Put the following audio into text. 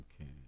Okay